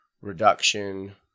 reduction